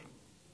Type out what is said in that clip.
וגם היום רציתי